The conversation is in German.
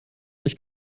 ich